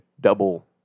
double